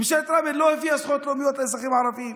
ממשלת רבין לא הביאה זכויות לאומיות לאזרחים הערבים